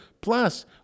plus